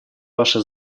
ваше